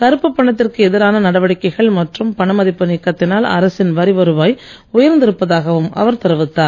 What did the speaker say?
கருப்புப் பணத்திற்கு எதிரான நடவடிக்கைகள் மற்றும் பண மதிப்பு நீக்கத்தினால் அரசின் வரி வருவாய் உயர்ந்திருப்பதாகவும் அவர் தெரிவித்தார்